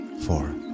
four